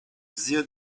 zio